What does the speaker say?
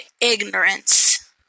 ignorance